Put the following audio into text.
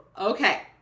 okay